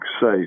safe